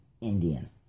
Indian